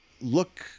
look